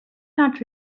not